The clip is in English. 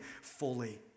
fully